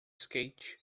skate